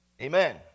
Amen